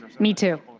me too.